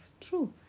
True